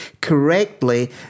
correctly